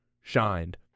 shined